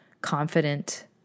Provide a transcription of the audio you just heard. confident